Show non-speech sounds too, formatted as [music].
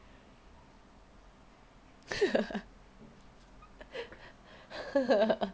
[laughs]